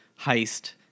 heist